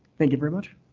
thank you very much.